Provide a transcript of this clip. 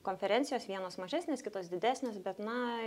konferencijos vienos mažesnės kitos didesnės bet na